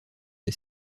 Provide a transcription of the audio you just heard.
est